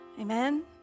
Amen